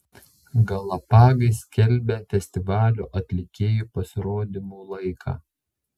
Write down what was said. galapagai skelbia festivalio atlikėjų pasirodymų laiką